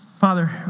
Father